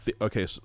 okay